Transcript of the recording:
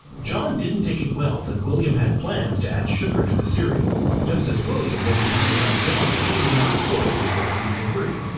john didn't take it well that william had plans to add sugar to the cereal, just as william wasn't happy about john giving out the corn flakes recipe for free.